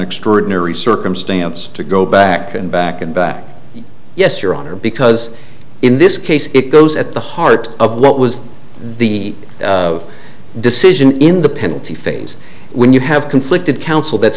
extraordinary circumstance to go back and back and back yes your honor because in this case it goes at the heart of what was the decision in the penalty phase when you have conflicted counsel that's